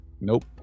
Nope